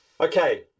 Okay